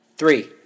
Three